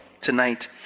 tonight